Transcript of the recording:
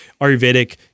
Ayurvedic